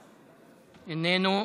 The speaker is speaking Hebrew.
איננו,